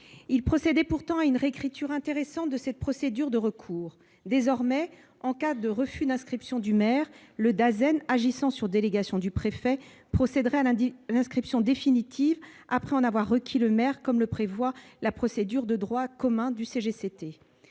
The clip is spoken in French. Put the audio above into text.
constituait pourtant une réécriture intéressante de cette procédure de recours : en cas de refus d'inscription du maire, le Dasen, agissant « sur délégation du préfet », procédait à l'inscription définitive, après avoir requis le maire, comme le prévoit la procédure de droit commun du code